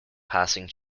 passing